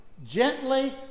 Gently